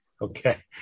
Okay